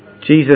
Jesus